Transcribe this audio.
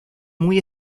muy